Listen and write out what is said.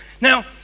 Now